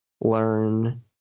learn